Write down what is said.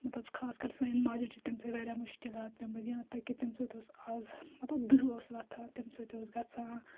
مَطلَب خاص کَر سانٮ۪ن ماجٮ۪ن چھِ تمہِ سۭتۍ وارِیاہ مُشکِلات پیٚمٕتۍ یہان تک کہِ تمہِ سۭتۍ اوس آز مَطلَب دُہ اوس وَتھان تمہِ سۭتۍ اوس گَژھان